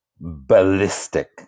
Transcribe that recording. ballistic